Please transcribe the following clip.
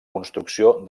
construcció